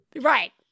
right